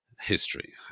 History